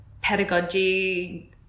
pedagogy